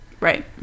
Right